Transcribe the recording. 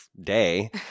day